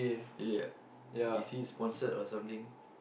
ya is he sponsored or something